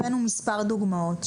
הבאנו מספר דוגמאות,